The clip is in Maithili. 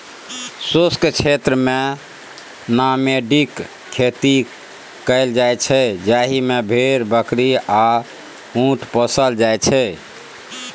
शुष्क क्षेत्रमे नामेडिक खेती कएल जाइत छै जाहि मे भेड़, बकरी आ उँट पोसल जाइ छै